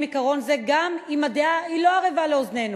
עיקרון זה גם אם הדעה לא ערבה לאוזנינו.